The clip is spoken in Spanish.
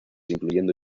incluyendo